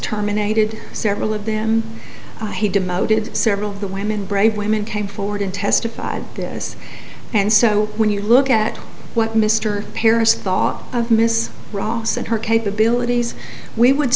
terminated several of them he demoted several of the women brave women came forward and testified this and so when you look at what mr parrish thought of ms ross and her capabilities we would